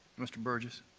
mr. burgess.